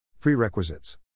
Prerequisites